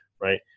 right